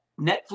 Netflix